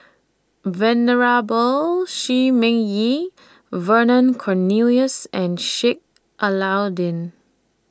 Venerable Shi Ming Yi Vernon Cornelius and Sheik Alau'ddin